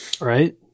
Right